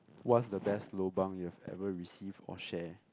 what's the best lobang you have ever received or share